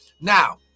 Now